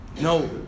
No